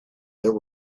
there